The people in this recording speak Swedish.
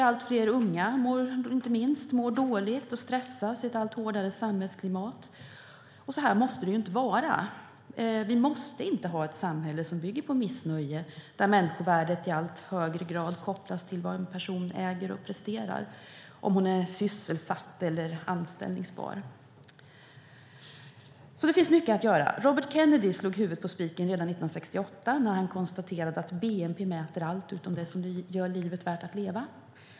Allt fler, inte minst unga, mår dåligt och stressas i ett allt hårdare samhällsklimat. Men så måste det inte vara. Vi måste inte ha ett samhälle som bygger på missnöje och där människovärdet i allt högre grad kopplas till vad en person äger och presterar, om hon är sysselsatt eller anställningsbar. Det finns alltså mycket att göra. Robert Kennedy slog huvudet på spiken redan 1968 när han konstaterade att bnp mäter allt utom det som gör livet värt att leva.